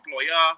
employer